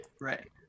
Right